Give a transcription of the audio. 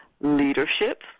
leadership